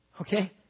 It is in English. Okay